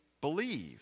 believe